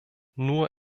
nur